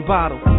bottle